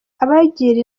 abagira